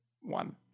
one